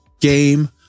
game